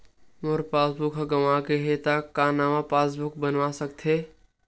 मोर passbook ह गंवा गे हे त का नवा पास बुक बन सकथे?